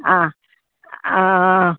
आं आं आं